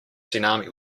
tsunami